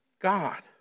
God